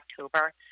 October